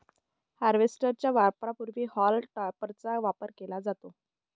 harvester च्या वापरापूर्वी haulm टॉपरचा वापर केला जातो